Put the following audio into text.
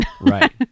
Right